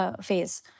phase